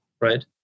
right